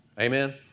Amen